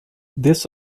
this